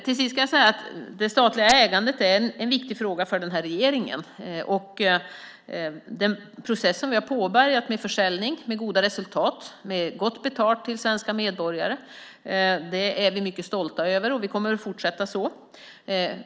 Till sist ska jag säga att det statliga ägandet är en viktig fråga för regeringen. Den process som vi har påbörjat med försäljning, med goda resultat och med gott betalt till svenska medborgare, är vi mycket stolta över, och vi kommer att fortsätta så.